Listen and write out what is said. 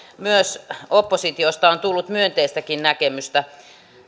myös oppositiosta on tullut myönteistäkin näkemystä